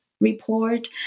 report